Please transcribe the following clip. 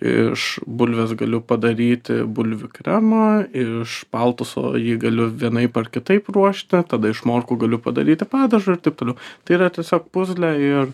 iš bulvės galiu padaryti bulvių kremą iš paltuso jį galiu vienaip ar kitaip ruošti tada iš morkų galiu padaryti padažą ir taip toliau tai yra tiesiog puzlė ir